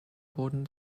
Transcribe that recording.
boden